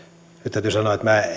täytyy sanoa että minä